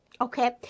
okay